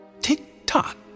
Tick-tock